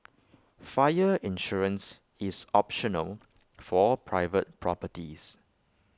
fire insurance is optional for private properties